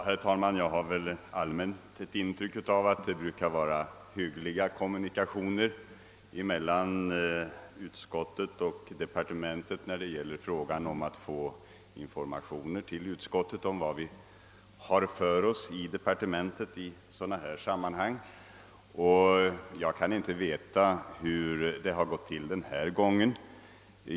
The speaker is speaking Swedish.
Herr talman! Jag har allmänt ett intryck av att det brukar vara hyggliga kommunikationer mellan statsutskottet och departementet när det gäller att få ut informationer till utskottet om vad vi arbetar med inom departementet. Jag kan inte veta hur det har gått till denna gång.